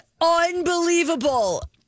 unbelievable